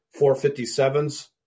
457s